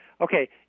okay